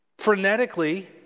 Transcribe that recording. frenetically